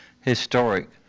Historic